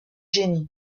jenny